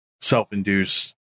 self-induced